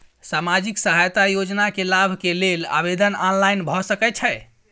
सामाजिक सहायता योजना के लाभ के लेल आवेदन ऑनलाइन भ सकै छै?